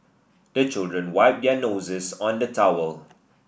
the children wipe their noses on the towel